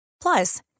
Plus